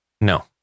No